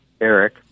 Eric